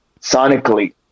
sonically